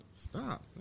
stop